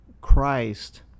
Christ